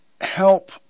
help